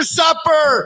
supper